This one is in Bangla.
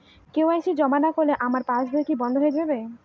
কে.ওয়াই.সি জমা না করলে আমার পাসবই কি বন্ধ হয়ে যাবে?